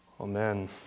Amen